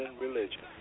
religion